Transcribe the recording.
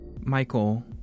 Michael